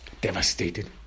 devastated